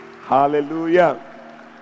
Hallelujah